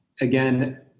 again